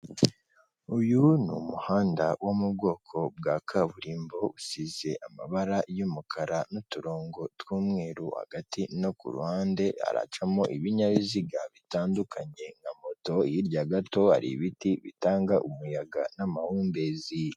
Uyu ni umuhanda wo mu bwoko bwa kaburimbo usize amabara y'umukara n'uturongo tw'umweru hagati no ku ruhande haracamo ibinyabiziga bitandukanye nka moto hirya gato hari ibiti bitanga umuyaga n'amahumbezi.